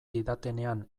didatenean